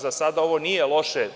Za sada ovo nije loše.